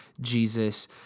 Jesus